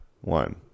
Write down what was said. One